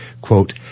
quote